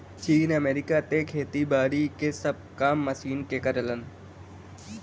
चीन, अमेरिका त खेती बारी के सब काम मशीन के करलन